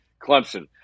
Clemson